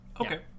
okay